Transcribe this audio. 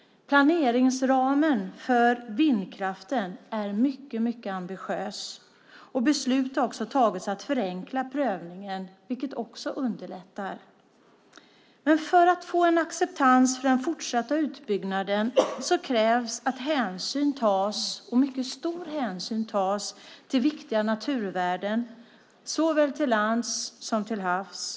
Planeringsramen för vindkraften är mycket ambitiös. Beslut har också tagits om att förenkla prövningen, vilket också underlättar. För att få acceptans för den fortsatta utbyggnaden krävs att mycket stor hänsyn tas till viktiga naturvärden såväl till lands som till havs.